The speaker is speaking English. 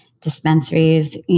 dispensaries